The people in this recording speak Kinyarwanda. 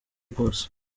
rwose